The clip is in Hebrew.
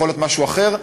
יכול להיות משהו אחר.